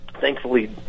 thankfully